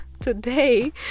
today